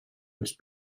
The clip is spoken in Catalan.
els